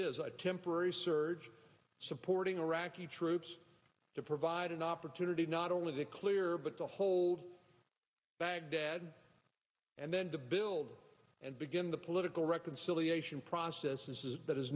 is a temporary surge supporting iraqi troops to provide an opportunity not only to clear but to hold baghdad and then to build and begin the political reconciliation process is that is